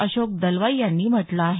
अशोक दलवाई यांनी म्हटलं आहे